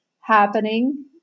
happening